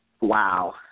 Wow